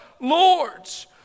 lords